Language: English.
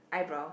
eyebrow